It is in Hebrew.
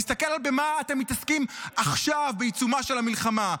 תסתכל במה אתם מתעסקים עכשיו בעיצומה של המלחמה,